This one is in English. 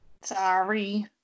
Sorry